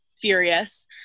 furious